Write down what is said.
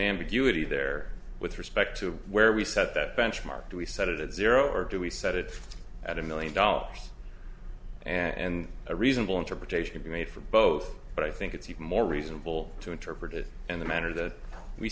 ambiguity there with respect to where we set that benchmark do we set it at zero or do we set it at a million dollars and a reasonable interpretation be made for both but i think it's even more reasonable to interpret it in the manner that we